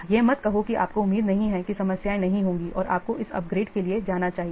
इसलिए यह मत कहो कि आपको उम्मीद नहीं है कि समस्याएं नहीं होंगी और आपको इस अपग्रेड के लिए जाना चाहिए